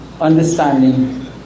understanding